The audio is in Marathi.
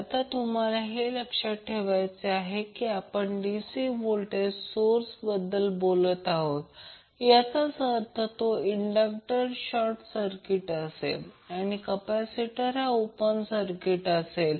आता तुम्हाला हे लक्षात ठेवायचे आहे की आपण DC व्होल्टेज सोर्सबद्दल बोलत आहोत याचाच अर्थ तो इंडक्टर शॉर्ट सर्किट असेल आणि कॅपॅसिटर हा ओपन सर्किट असेल